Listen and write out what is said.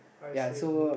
ya so